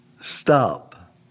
stop